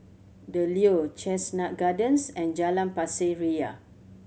The Leo Chestnut Gardens and Jalan Pasir Ria